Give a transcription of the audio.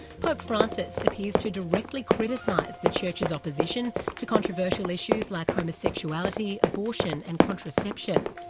pope francis appears to directly criticise the church's opposition to controversial issues like homosexuality, abortion and contraception.